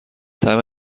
طعم